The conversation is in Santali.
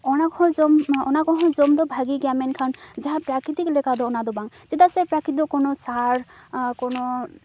ᱚᱱᱟ ᱠᱚᱦᱚᱸ ᱡᱚᱢ ᱚᱱᱟᱠᱚ ᱦᱚᱸ ᱡᱚᱢᱫᱚ ᱵᱷᱟᱜᱮ ᱜᱮᱭᱟ ᱢᱮᱱᱠᱷᱟᱱ ᱡᱟᱦᱟᱸ ᱯᱨᱟᱠᱨᱤᱛᱤᱠ ᱞᱮᱠᱟᱫᱚ ᱚᱱᱟᱫᱚ ᱵᱟᱝ ᱪᱮᱫᱟᱜ ᱥᱮ ᱯᱨᱟᱠᱤᱛᱤᱠ ᱫᱚ ᱠᱳᱱᱳ ᱥᱟᱨ ᱠᱳᱱᱳ